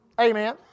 Amen